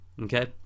okay